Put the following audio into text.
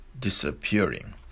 disappearing